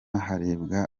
harebwe